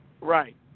Right